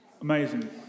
Amazing